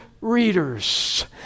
readers